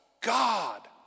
god